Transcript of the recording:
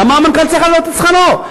למה המנכ"ל צריך להעלות את שכרו,